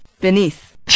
BENEATH